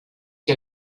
que